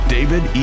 David